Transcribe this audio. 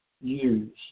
use